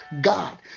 God